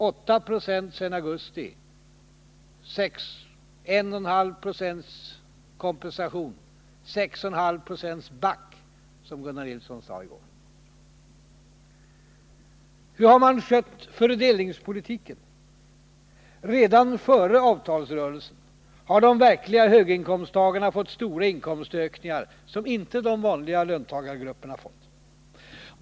8 96 sedan augusti, 1,5 20 kompensation — det betyder 6,5 I back, som Gunnar Nilsson sade i går. Hur har man skött fördelningspolitiken? Redan före avtalsrörelsen har de verkliga höginkomsttagarna fått stora inkomstökningar som inte de vanliga löntagargrupperna fått.